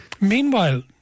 Meanwhile